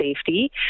safety